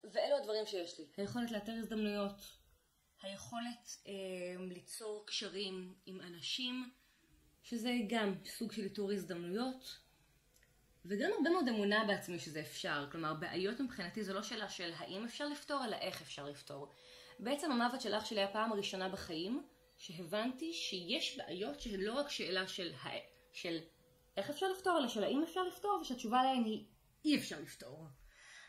ואלו הדברים שיש לי, היכולת לאתר הזדמנויות, היכולת ליצור קשרים עם אנשים, שזה גם סוג של איתור הזדמנויות, וגם הרבה מאוד אמונה בעצמי שזה אפשר, כלומר בעיות מבחינתי זה לא שאלה של האם אפשר לפתור אלא איך אפשר לפתור. בעצם המוות של אח שלי היה הפעם הראשונה בחיים שהבנתי שיש בעיות שהן לא רק שאלה של איך אפשר לפתור אלא של האם אפשר לפתור, ושהתשובה להן היא אי אפשר לפתור.